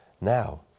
now